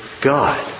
God